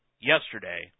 yesterday